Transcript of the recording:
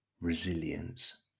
resilience